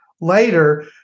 later